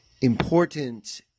important